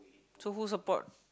so who support